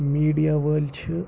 media وٲلۍ چھِ